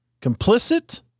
complicit